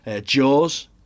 Jaws